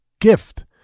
gift